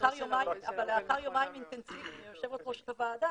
אבל לאחר יומיים אינטנסיביים שהיא יושבת ראש הוועדה,